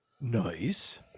Nice